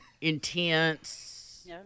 intense